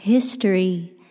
History